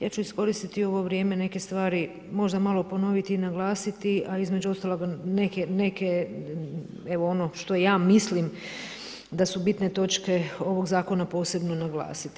Ja ću iskoristiti i ovo vrijeme neke stvari možda malo ponoviti i naglasiti a između ostaloga neke, evo ono što ja mislim da su bitne točke ovog zakona posebno naglasiti.